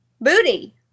Booty